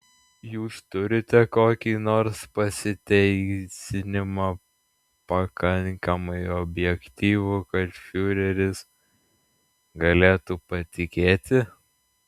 jūs turite kokį nors pasiteisinimą pakankamai objektyvų kad fiureris galėtų patikėti